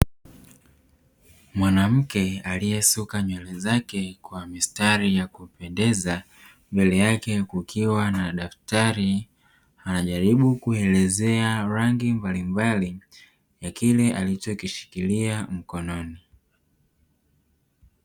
Mwanamke aliyesuka nywele zake kwa mistari ya kupendeza mbele yake kukiwa na daftari anajaribu kuelezea rangi mbalimbali, ya kile alichokishikilia mkononi.